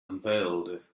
unveiled